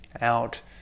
out